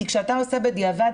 כי כשאתה עושה בדיעבד,